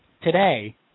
Today